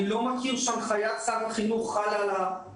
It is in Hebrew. אני לא מכיר שהנחיית שר החינוך חלה על סוגיית תנועות הנוער.